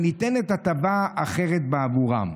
שניתנת הטבה אחרת בעבורם,